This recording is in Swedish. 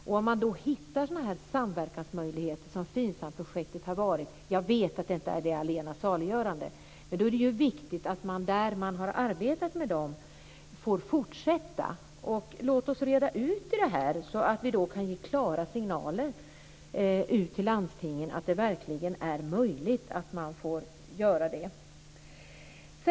Om man då hittar sådana samverkansmöjligheter som FINSAM projekten har varit är det ju viktigt, även om jag vet att det inte är det allena saliggörande, att man där man har arbetat med dem får fortsätta. Låt oss reda ut det här, så att vi kan ge klara signaler till landstingen att det verkligen är möjligt att man får fortsätta.